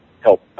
help